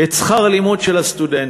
את שכר הלימוד של הסטודנטים,